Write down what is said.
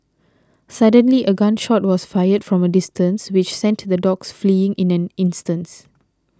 suddenly a gun shot was fired from a distance which sent the dogs fleeing in an instant